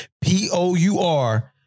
P-O-U-R